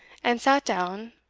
and sat down,